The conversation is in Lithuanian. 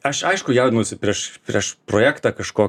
aš aišku jaudinuosi prieš prieš projektą kažko